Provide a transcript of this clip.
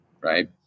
right